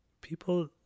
people